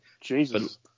Jesus